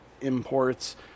imports